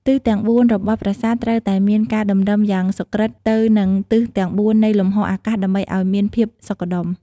ទិសទាំងបួនរបស់ប្រាសាទត្រូវតែមានការតម្រឹមយ៉ាងសុក្រិតទៅនឹងទិសទាំងបួននៃលំហអាកាសដើម្បីឲ្យមានភាពសុខដុម។